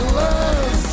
love